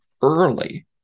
early